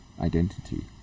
identity